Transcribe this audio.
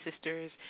sisters